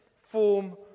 form